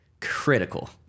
critical